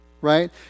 right